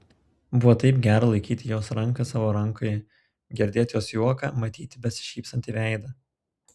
buvo taip gera laikyti jos ranką savo rankoje girdėt jos juoką matyti besišypsantį veidą